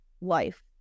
life